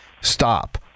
stop